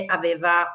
aveva